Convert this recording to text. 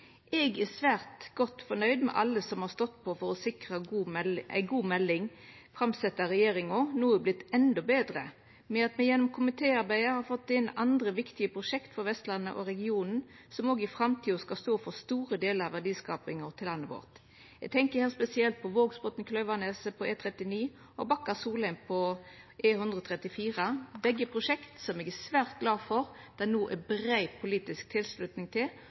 Eg er svært godt nøgd med alle som har stått på for å sikra at ei god melding, framsett av regjeringa, no er vorten enno betre ved at me gjennom komitéarbeidet har fått inn andre viktige prosjekt for Vestlandet og regionen, som også i framtida skal stå for store delar av verdiskapinga til landet vårt. Eg tenkjer her spesielt på Vågsbotn–Klauvaneset på E39 og Bakka–Solheim på E134 – begge prosjekt som eg er svært glad for at det no er brei politisk tilslutning til,